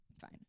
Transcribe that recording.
fine